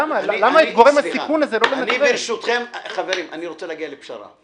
למה את גורם הסיכון הזה --- תעזרו לי להגיע לפשרה.